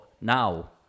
now